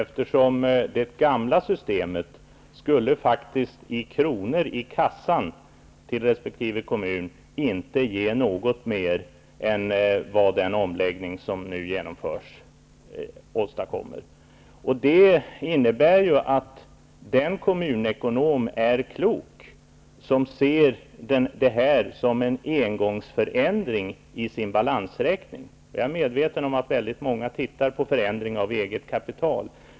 Herr talman! Jag kan ge den garantin, Per Olof Håkansson, eftersom det gamla systemet, i kronor i kassan till resp. kommun, inte skulle ge något mer än den omläggning som nu genomförs. Det innebär att den kommunekonom som ser det här som en engångsförändring i sin balansräkning är klok. Jag är medveten om att väldigt många tittar på förändringar av eget kapital.